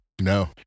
no